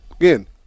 again